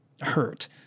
hurt